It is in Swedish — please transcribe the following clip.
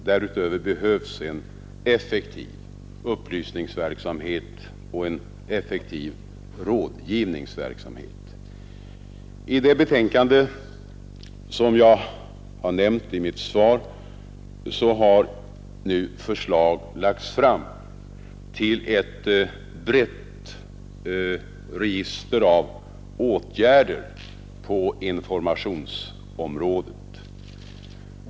Därutöver behövs en effektiv upplysningsverksamhet och en effektiv rådgivningsverksamhet. I det betänkande som jag har nämnt i mitt svar har nu förslag lagts fram till ett brett register av åtgärder på informationsområdet.